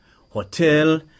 Hotel